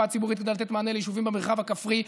ציבורית כדי לתת מענה ליישובים במרחב הכפרי,